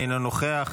אינו נוכח,